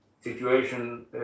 situation